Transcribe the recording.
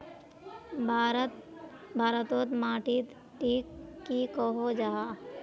भारत तोत माटित टिक की कोहो जाहा?